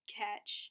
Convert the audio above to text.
catch